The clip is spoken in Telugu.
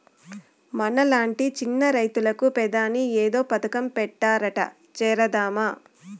మనలాంటి చిన్న రైతులకు పెదాని ఏదో పథకం పెట్టారట చేరదామా